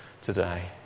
today